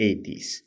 80s